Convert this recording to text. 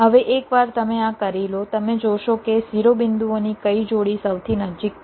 હવે એકવાર તમે આ કરી લો તમે જોશો કે શિરોબિંદુઓની કઈ જોડી સૌથી નજીક છે